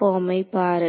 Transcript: பார்மை பாருங்கள்